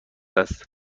است